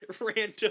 random